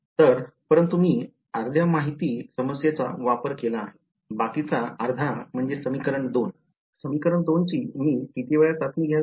तर परंतु मी अर्ध्या माहिती समस्येचा वापर केला आहे बाकीचा अर्धा म्हणजे समीकरण 2 समीकरण २ चे मी किती वेळा चाचणी घ्यावी